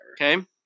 Okay